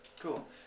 Cool